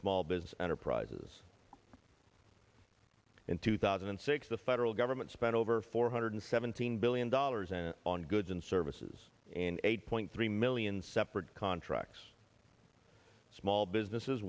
small business enterprises in two thousand and six the federal government spent over four hundred seventeen billion dollars and on goods and services an eight point three million separate contracts small businesses